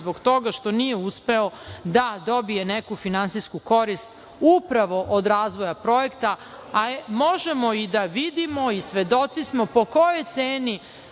zbog toga što nije uspeo da dobije neku finansijsku korist upravo od razvoja projekta. Možemo da vidimo i svedoci smo po kojoj ceni